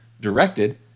directed